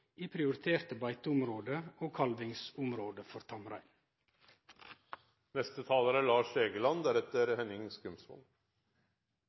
i prioriterte beiteområde og kalvingsområde for tamrein. Livsstilssjukdommer er